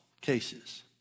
cases